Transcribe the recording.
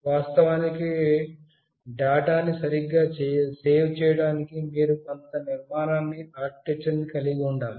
వాస్తవానికి డేటాను సరిగ్గా సేవ్ చేయడానికి మీరు కొంత నిర్మాణాన్ని కలిగి ఉండాలి